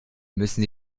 müssen